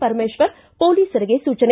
ಪರಮೇತ್ವರ್ ಪೊಲೀಸರಿಗೆ ಸೂಚನೆ